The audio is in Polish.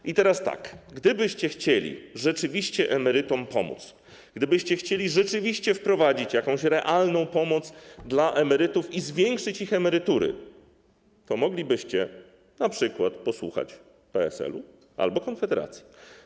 I teraz tak: gdybyście chcieli rzeczywiście emerytom pomóc, gdybyście chcieli rzeczywiście wprowadzić jakąś realną pomoc dla emerytów i zwiększyć ich emerytury, to moglibyście np. posłuchać PSL-u albo Konfederacji.